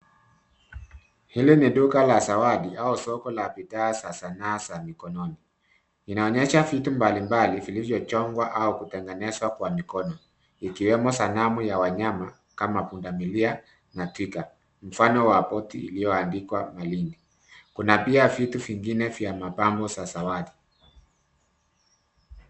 Hili ni duka la bidhaa mbalimbali, au soko la apitasa, sanasa na mikononi. Linaonyesha bidhaa mbali mbali zilizopangwa au kutenganishwa kwa mikono. Ikiwa ni sanamu za wanyama, kama punda milia na tiga, mfano wake umewekwa mbali. Kuna bidhaa zingine kama mabamu ya bidhaa za soko.